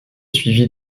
suivi